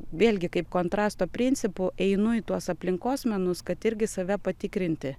vėlgi kaip kontrasto principu einu į tuos aplinkos menus kad irgi save patikrinti